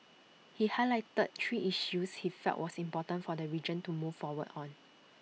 he highlighted three issues he felt was important for the region to move forward on